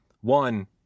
One